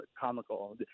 comical